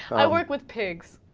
i went with pics